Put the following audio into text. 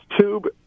tube